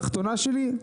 השורה התחתונה שלי,